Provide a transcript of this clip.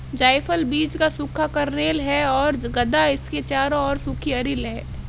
जायफल बीज का सूखा कर्नेल है और गदा इसके चारों ओर सूखी अरिल है